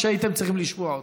הייתם צריכים לשמוע אותה.